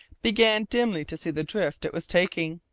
began dimly to see the drift it was taking.